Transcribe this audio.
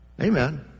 Amen